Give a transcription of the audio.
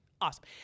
awesome